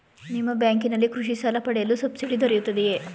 ನಿಮ್ಮ ಬ್ಯಾಂಕಿನಲ್ಲಿ ಕೃಷಿ ಸಾಲ ಪಡೆಯಲು ಸಬ್ಸಿಡಿ ದೊರೆಯುತ್ತದೆಯೇ?